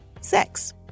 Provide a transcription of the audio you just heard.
sex